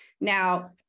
Now